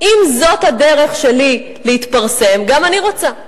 אם זאת הדרך שלי להתפרסם, גם אני רוצה.